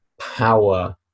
power